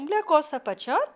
blėkos apačion